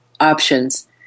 options